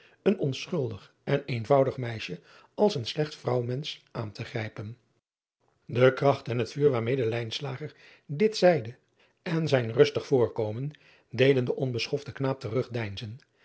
een onschuldig en eenvoudig meisje als een slecht vrouwmensch aan te grijpen e kracht en het vuur driaan oosjes zn et leven van aurits ijnslager waarmede dit zeide en zijn rustig voorkomen deden den onbeschoften knaap